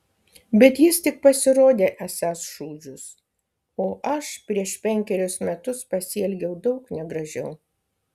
bet jis tik pasirodė esąs šūdžius o aš prieš penkerius metus pasielgiau daug negražiau